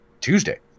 Tuesday